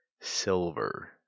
silver